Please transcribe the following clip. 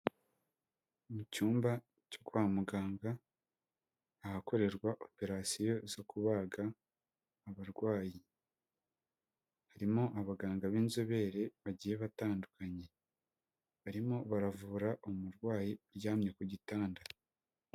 Mu cyumba cyo kwa muganga ahakorerwa operasiyo zo kubaga abarwayi, harimo abaganga b'inzobere bagiye batandukanye barimo baravura umurwayi uryamye ku gitanda.